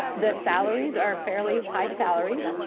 the salaries are fairly high salaries,